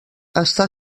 està